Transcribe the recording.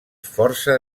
força